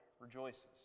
rejoices